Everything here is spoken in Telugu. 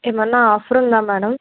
ఏమైనా ఆఫర్ ఉందా మేడమ్